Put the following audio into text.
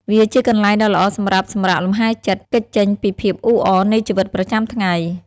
វាជាកន្លែងដ៏ល្អសម្រាប់សម្រាកលំហែចិត្ត គេចចេញពីភាពអ៊ូអរនៃជីវិតប្រចាំថ្ងៃ។